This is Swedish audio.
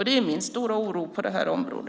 Det är min stora oro på detta område.